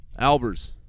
Albers